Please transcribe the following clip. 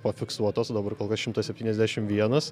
o fiksuotos dabar kol kas šimtas septyniasdešim vienas